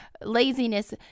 laziness